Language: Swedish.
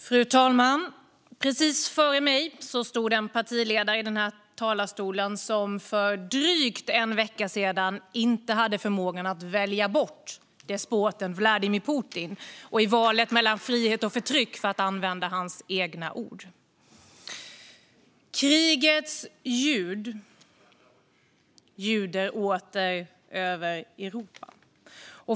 Fru talman! Precis före mig stod det en partiledare i den här talarstolen som för drygt en vecka sedan inte hade förmågan att välja bort despoten Vladimir Putin i valet mellan frihet och förtryck, för att använda hans egna ord. Krigets larm ljuder åter över Europa.